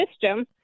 system